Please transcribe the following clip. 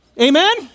Amen